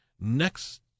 next